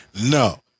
No